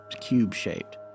cube-shaped